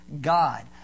God